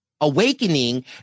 awakening